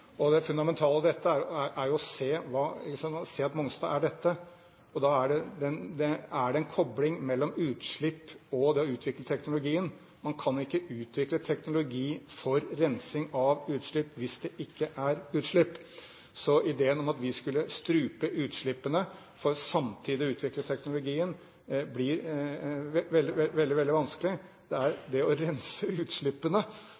Det fundamentale i dette er jo å se at Mongstad er dette, og da er det en kobling mellom utslipp og det å utvikle teknologien. Man kan ikke utvikle teknologi for rensing av utslipp hvis det ikke er utslipp. Så ideen om at vi skulle strupe utslippene for samtidig å utvikle teknologien, blir veldig vanskelig. Det er det